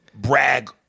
brag